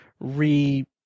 re